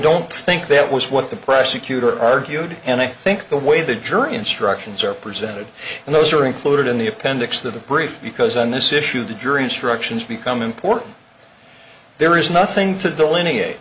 don't think that was what the pressure cuter argued and i think the way the jury instructions are presented and those are included in the appendix of the brief because on this issue the jury instructions become important there is nothing to delineate